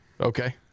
Okay